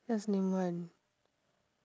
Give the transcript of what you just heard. just name one